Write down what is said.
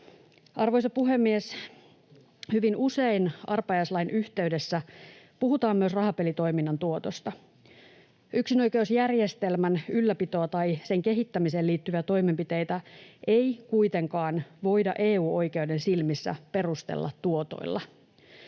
Arvoisa puhemies! Hyvin usein arpajaislain yhteydessä puhutaan myös rahapelitoiminnan tuotosta. Yksinoikeusjärjestelmän ylläpitoa tai sen kehittämiseen liittyviä toimenpiteitä ei kuitenkaan voida EU-oikeuden silmissä perustella tuotoilla.